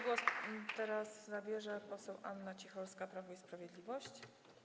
Głos teraz zabierze poseł Anna Cicholska, Prawo i Sprawiedliwość.